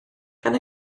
gan